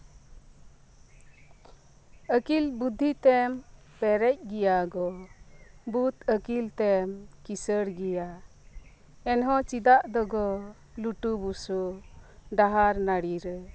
ᱟᱹᱠᱤᱞ ᱵᱩᱫᱽᱫᱷᱤ ᱛᱮᱢ ᱯᱮᱨᱮᱡ ᱜᱮᱭᱟ ᱜᱚ ᱵᱩᱫ ᱟᱹᱠᱤᱞ ᱛᱮᱢ ᱠᱤᱥᱟᱹᱬ ᱜᱮᱭᱟ ᱮᱱᱦᱚᱸ ᱪᱮᱫᱟᱜ ᱫᱚᱜᱚ ᱞᱩᱴᱩ ᱵᱩᱥᱩ ᱰᱟᱦᱟᱨ ᱱᱟᱲᱤ ᱨᱮ